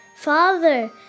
Father